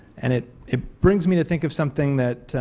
and it it brings me to think of something that